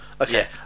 okay